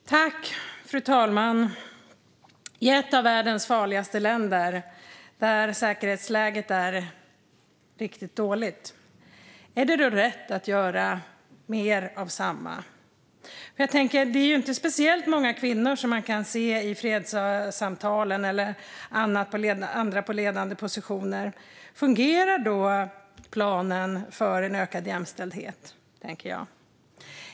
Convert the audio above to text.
Fru talman! Är det rätt att i ett av världens farligaste länder, där säkerhetsläget är riktigt dåligt, göra mer av samma sak? Man kan inte se speciellt många kvinnor i fredssamtalen eller i andra ledande positioner. Fungerar då planen för en ökad jämställdhet?